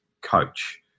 coach